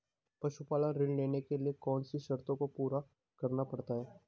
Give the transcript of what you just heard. पशुपालन ऋण लेने के लिए कौन सी शर्तों को पूरा करना पड़ता है?